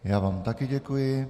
Já vám také děkuji.